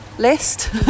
List